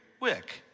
wick